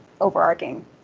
overarching